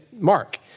Mark